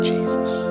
Jesus